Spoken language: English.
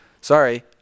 Sorry